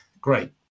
great